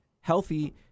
healthy